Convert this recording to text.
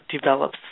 develops